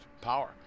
power